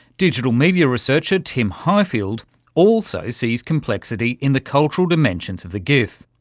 digital media researcher tim highfield also sees complexity in the cultural dimensions of the gif.